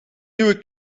nieuwe